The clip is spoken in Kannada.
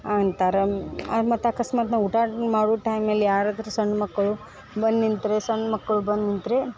ಅಂತಾರ ಅದು ಮತ್ತು ಅಕಸ್ಮಾತ್ ನಾವು ಊಟ ಮಾಡೋ ಟೈಮಲ್ಲಿ ಯಾರಾದರೂ ಸಣ್ಣ ಮಕ್ಕಳು ಬಂದ್ ನಿಂತರೆ ಸಣ್ ಮಕ್ಕಳು ಬಂದು ನಿಂತರೆ